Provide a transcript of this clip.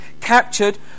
captured